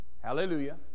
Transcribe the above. Hallelujah